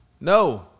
No